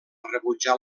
rebutjar